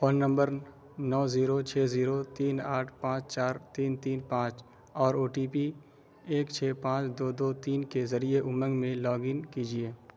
phone number nine zero چھ zero تین آٹھ پانچ چار تین تین پانچ اور او ٹی پی ایک چھ پانچ دو دو تین کے ذریعے امنگ میں لاگن کیجیے